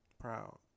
Proud